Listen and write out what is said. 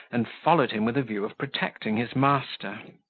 and followed him with a view of protecting his master.